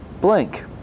Blank